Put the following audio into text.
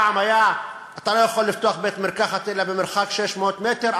פעם לא יכולת לפתוח בית-מרקחת אלא במרחק 600 מטר.